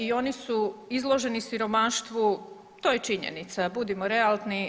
I oni su izloženi siromaštvu, to je činjenica budimo realni.